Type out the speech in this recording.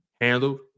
handled